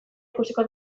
ikusiko